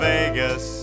Vegas